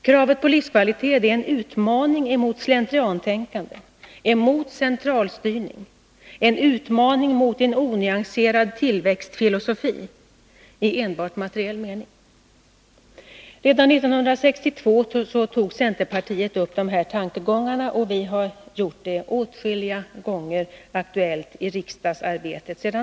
Kravet på livskvalitet är en utmaning mot slentriantänkande, mot centralstyrning, en utmaning mot en onyanserad tillväxtfilosofi i enbart materiell mening. Redan 1962 tog centerpartiet upp de här tankegångarna, och vi har sedan dess aktualiserat dem åtskilliga gånger i riksdagsarbetet.